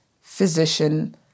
physician